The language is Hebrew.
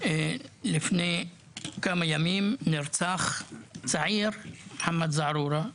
לפני כמה ימים נרצח צעיר בשם מוחמד זערורא,